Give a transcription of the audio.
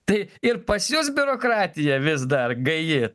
tai ir pas jus biurokratija vis dar gaji